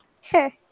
Sure